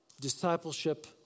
discipleship